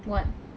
what